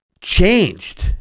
changed